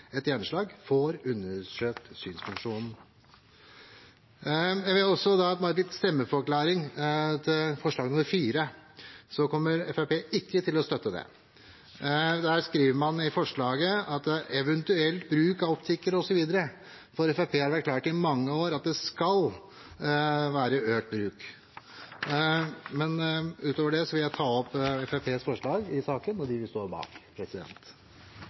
etter hjerneslag, får undersøkt synsfunksjonen. Jeg vil også gi en stemmeforklaring til forslag nr. 3. Fremskrittspartiet kommer ikke til å støtte det. I forslaget skriver man «eventuelt bruk av optikere», osv. For Fremskrittspartiet har det vært klart i mange år at det skal være økt bruk. Utover det vil jeg ta opp Fremskrittspartiets forslag i saken, også det forslaget vi har sammen med Senterpartiet og Sosialistisk Venstreparti. Representanten Morten Stordalen har tatt opp de